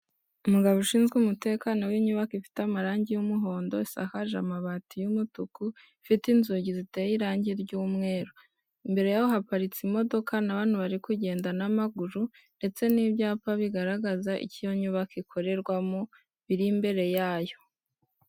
Umugabo ushinzwe umutekano w'inyubako ifite amarangi y'umuhondo, isakage amabati y'umutuku, ifite inzugi ziteye irangi ry'umweru, imbere yaho haparitse imodoka n'abantu bari kugenda n'amaguru, ndetse n'ibyapa bigaragaza icyo iyo nyubako ikorerwamo biri imbere yayo.